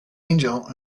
angel